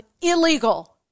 illegal